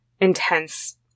intense